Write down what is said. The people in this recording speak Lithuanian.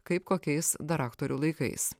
kaip kokiais daraktorių laikais